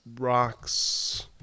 rocks